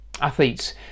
Athletes